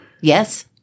Yes